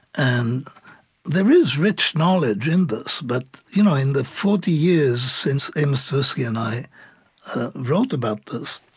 um there is rich knowledge in this, but you know in the forty years since amos tversky and i wrote about this,